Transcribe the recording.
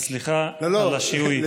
אז סליחה על השיהוי.